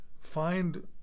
find